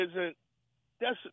isn't—that's